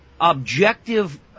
objective